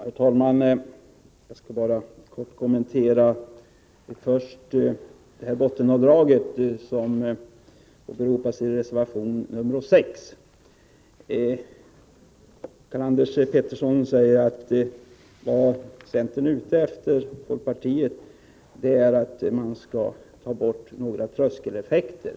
Herr talman! Jag skall göra några korta kommentarer och vill först ta upp frågan om bottenavdraget, som åberopas i reservation 6. Karl-Anders Petersson säger att vad centern och folkpartiet är ute efter är att söka undvika tröskeleffekter.